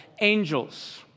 angels